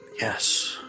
yes